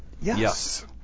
Yes